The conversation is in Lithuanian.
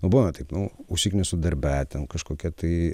nu būna taip nu užsiknisu darbe ten kažkokia tai